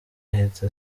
ahita